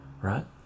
right